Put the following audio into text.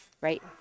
Right